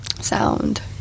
sound